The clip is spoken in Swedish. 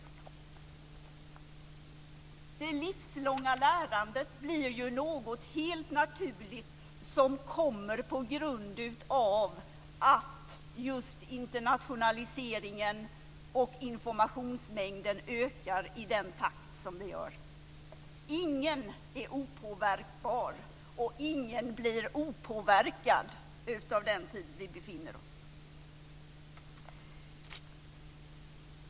Det livslånga lärandet blir något helt naturligt på grund av att just internationaliseringen och informationsmängden ökar i den takt som de gör. Ingen är opåverkbar, och ingen blir opåverkad av den tid som vi befinner oss i.